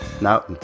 Now